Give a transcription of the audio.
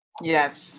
Yes